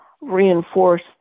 reinforce